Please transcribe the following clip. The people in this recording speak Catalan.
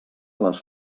les